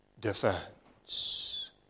defense